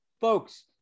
folks